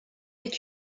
est